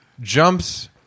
jumps